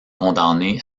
condamné